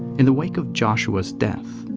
in the wake of joshua's death,